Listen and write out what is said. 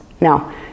Now